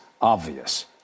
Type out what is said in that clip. obvious